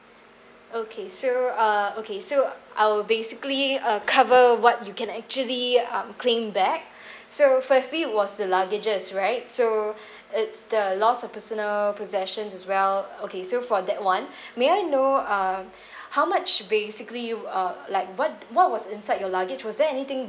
okay so uh okay so I'll basically uh cover what you can actually um claim back so firstly was the luggages right so it's the loss of personal possessions as well okay so for that one may I know uh how much basically you uh like what what was inside your luggage was there anything